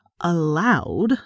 allowed